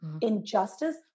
injustice